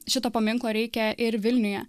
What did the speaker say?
šito paminklo reikia ir vilniuje